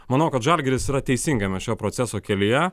manau kad žalgiris yra teisingame šio proceso kelyje